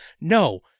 no